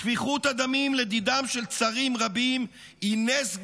שפיכות הדמים, לדידם של שרים רבים, היא נס גלוי.